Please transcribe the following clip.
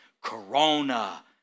Corona